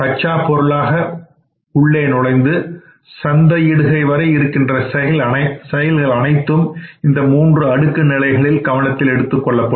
கச்சா பொருளாக உள்ளே நுழைந்து சந்தையிடுகை வரை இருக்கின்ற செயல்கள் அனைத்தும் இந்த மூன்று அடுக்கு நிலைகளில் கவனத்தில் எடுத்துக்கொள்ளப்படும்